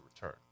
return